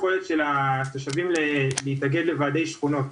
היכולת של התושבים להתאגד לוועדי שכונות,